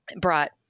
brought –